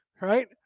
Right